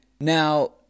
Now